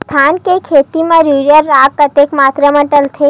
धान के खेती म यूरिया राखर कतेक मात्रा म डलथे?